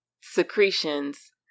secretions